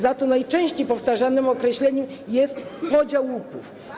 Za to najczęściej powtarzanym określeniem jest podział łupów.